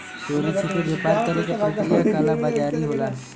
चोरी छिपे व्यापार करे क प्रक्रिया कालाबाज़ारी होला